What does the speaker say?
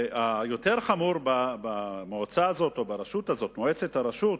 ויותר חמור, במועצה הזאת, או במועצת הרשות,